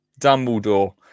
Dumbledore